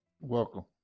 Welcome